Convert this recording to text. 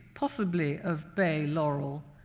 possibly of bay laurel,